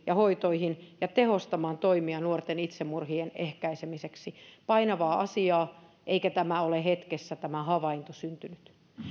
ja hoitoihin ja tehostamaan toimia nuorten itsemurhien ehkäisemiseksi painavaa asiaa eikä tämä havainto ole hetkessä syntynyt